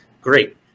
great